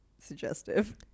suggestive